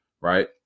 Right